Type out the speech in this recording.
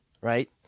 right